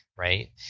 Right